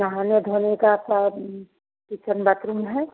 नहाने धोने का सब किचन बाथरूम है